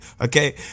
okay